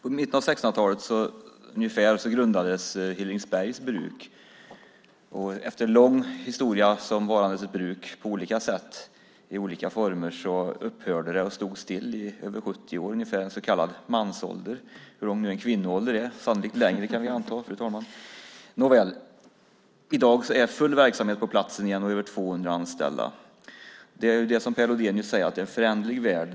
I mitten av 1600-talet grundades Hillringsbergs bruk. Efter en lång historia som bruk i olika former upphörde det och stod stilla i ungefär 70 år - en så kallad mansålder; en kvinnoålder är sannolikt längre. I dag är det full verksamhet på platsen och man har över 200 anställda. Det är, som Per Lodenius säger, en föränderlig värld.